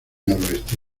noroeste